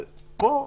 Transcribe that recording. אבל פה,